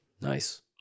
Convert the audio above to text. Nice